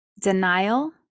denial